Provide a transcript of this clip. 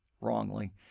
wrongly